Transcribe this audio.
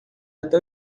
até